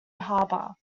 harbor